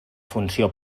funció